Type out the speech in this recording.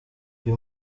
uyu